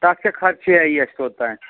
تَتھ کیٛاہ خرچیٛاہ یِی اَسہِ توٚت تانۍ